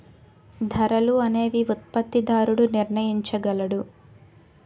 ధరలు అనేవి ఉత్పత్తిదారుడు నిర్ణయించగలడు